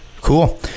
cool